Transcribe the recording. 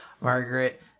Margaret